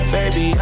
Baby